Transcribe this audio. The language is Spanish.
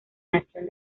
nación